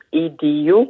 edu